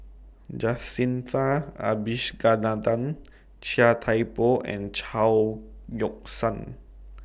Jacintha Abisheganaden Chia Thye Poh and Chao Yoke San